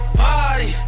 party